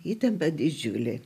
įtampa didžiulė